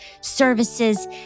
services